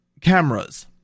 cameras